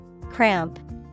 Cramp